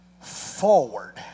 forward